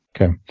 Okay